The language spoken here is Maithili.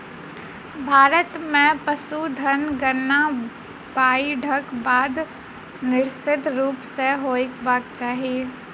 भारत मे पशुधन गणना बाइढ़क बाद निश्चित रूप सॅ होयबाक चाही